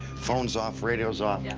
phones off. radios off. yeah